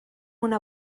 una